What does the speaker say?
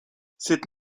cette